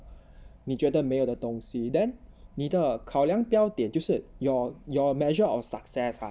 你觉得没有的东西 then 你的考量标点就是 your your measure of success